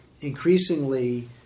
increasingly